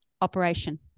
Operation